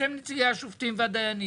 מחליטה ועדת הכספים של הכנסת לאמור: